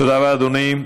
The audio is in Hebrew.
תודה רבה, אדוני.